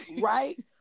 Right